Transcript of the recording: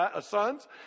sons